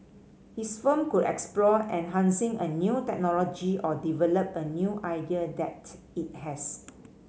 his firm could explore enhancing a new technology or develop a new idea that it has